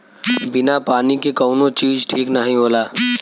बिना पानी के कउनो चीज ठीक नाही होला